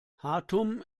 khartum